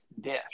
dish